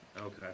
Okay